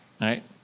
Right